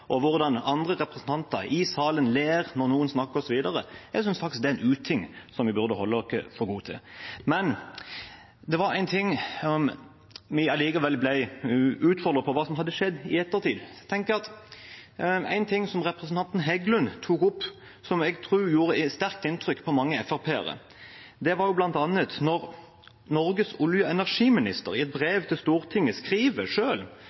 hvordan andre representanter i salen ler når noen snakker, osv. Jeg synes faktisk det er en uting som vi burde holde oss for gode til. Det var en ting vi likevel ble utfordret på som har skjedd i ettertid, en ting som representanten Heggelund tok opp, og som jeg tror gjorde sterkt inntrykk på mange FrP-ere. Det var bl.a. når Norges olje- og energiminister i et